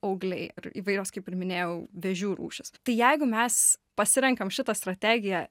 augliai ir įvairios kaip ir minėjau vėžių rūšys tai jeigu mes pasirenkam šitą strategiją